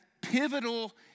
pivotal